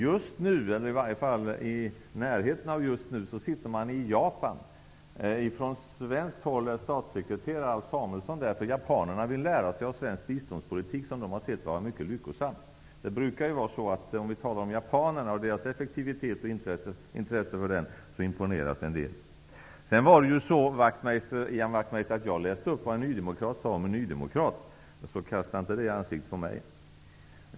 Just nu -- eller i varje fall ganska snart -- sitter man i Japan. Från svensk sida är statssekreterare Alf Samuelsson där. Japanerna vill lära sig av den svenska biståndspolitik som de har sett vara mycket lyckosam. En del brukar imponeras av japanerna, deras effektivitet och intresse för denna. Jag läste upp vad en nydemokrat sade om en nydemokrat, Ian Wachtmeister, så kasta inte detta i ansiktet på mig!